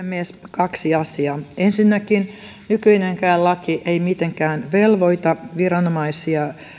kaksi asiaa ensinnäkin nykyinenkään laki ei mitenkään velvoita viranomaisia